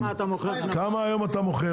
ובכמה היום אתה מוכר